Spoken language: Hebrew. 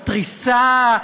מתריסה,